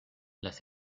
las